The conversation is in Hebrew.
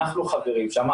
אנחנו חברים שם.